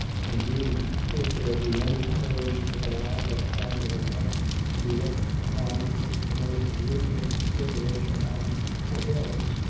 indeed, if there be any violation of the law that can or ought to be looked upon with the most lenient consideration and forbearance,